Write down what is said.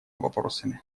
вопросами